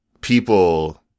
people